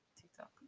TikTok